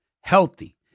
healthy